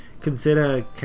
consider